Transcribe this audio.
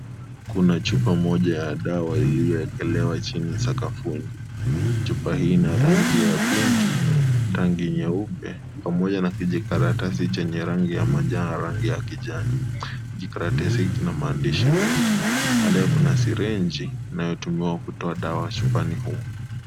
Kuna chupa moja ya dawa iliyowekelewa chini sakafuni, chupa hii ina rangi ya pinki, rangi nyeupe, pamoja na kijikaratasi chenye rangi ya manjano na rangi ya kijani kijikaratasi hiki kina maandishi mengi, kando yao kuna syringe inayotumiwa kutoa damu chupani humo.